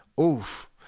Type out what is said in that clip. oof